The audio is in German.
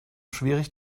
schwierig